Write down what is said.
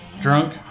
Drunk